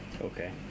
Okay